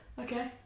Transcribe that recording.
Okay